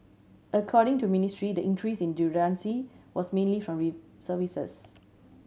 according to Ministry the increase in redundancy was mainly from in services